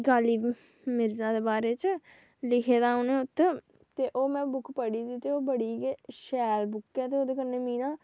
गालिब मिर्जा दे बारे च लिखे दा उ'नें उत्थै ते ओह् बुक में पढ़ी ही ओह् बड़ी गे शैल बुक ऐ ऐह्दे कन्नै मीं ना